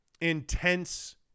intense